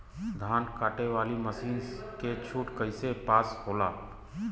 धान कांटेवाली मासिन के छूट कईसे पास होला?